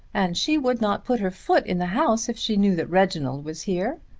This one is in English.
and she would not put her foot in the house if she knew that reginald was here.